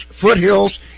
Foothills